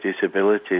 disabilities